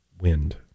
wind